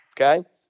okay